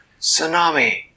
Tsunami